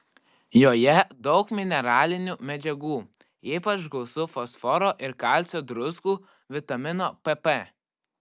joje daug mineralinių medžiagų ypač gausu fosforo ir kalcio druskų vitamino pp